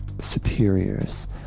superiors